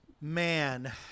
man